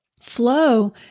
Flow